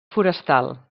forestal